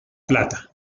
plata